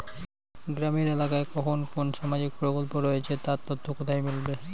গ্রামের এলাকায় কখন কোন সামাজিক প্রকল্প রয়েছে তার তথ্য কোথায় মিলবে?